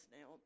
now